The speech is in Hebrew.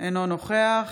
אינו נוכח